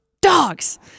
Dogs